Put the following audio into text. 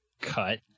cut